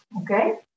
okay